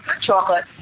Chocolate